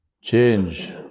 change